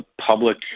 public